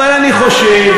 אבל אני חושב,